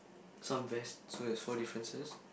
some vest so there is four differences